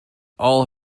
all